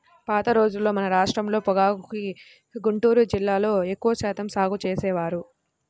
పాత రోజుల్లో మన రాష్ట్రంలో పొగాకుని గుంటూరు జిల్లాలో ఎక్కువ శాతం సాగు చేసేవారు